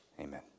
Amen